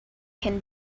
can